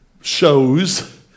shows